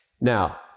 Now